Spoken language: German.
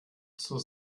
zur